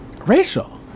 racial